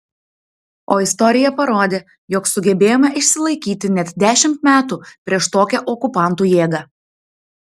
o istorija parodė jog sugebėjome išsilaikyti net dešimt metų prieš tokią okupantų jėgą